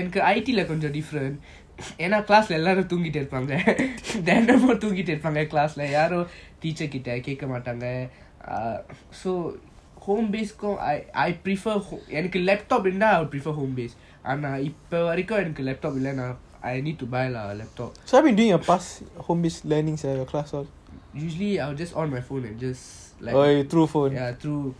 I_T lah கொஞ்சம்:konjam difference என்ன:enna class எல்லாரும் தூங்கிட்டு இருப்பாங்க தினமும் தூங்கிட்டு இருப்பாங்க யாரும்:ellarum thungitu irupanga thinamum thungitu irupanga yaarum teacher கிட்ட கேக்க மாட்டாங்க:kita keaka maatanga err so home base I prefer என்னக்கு:ennaku laptop I would prefer home based ஆனா இப்போ வரைக்கும்:aana ipo varaikum laptop இல்லனா:illana I need to buy lah laptop usually I will just on my phone ya through phone